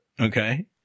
Okay